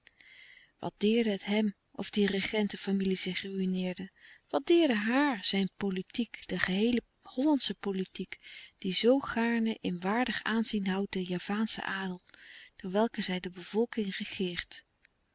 wat deerde het hem of die regentenfamilie zich ruïneerde wat deerde haar zijn politiek de geheele hollandsche politiek die zoo gaarne in waardig aanzien houdt den javaanschen adel door welken zij de bevolking